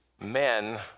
men